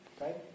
Right